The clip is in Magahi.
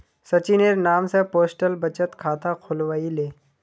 सचिनेर नाम स पोस्टल बचत खाता खुलवइ ले